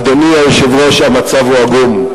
אדוני היושב-ראש, המצב עגום.